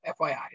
FYI